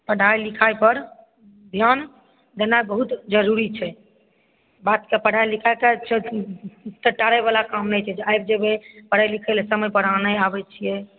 पढ़ाई लिखाई पर ध्यान देनाइ बहुत जरुरी छै बादके पढ़ाई लिखे तऽ टारैवला काम नहि छै जे आबि जेबै पढ़ै लिखै लए अहाँ समय पर नहि आबै छियै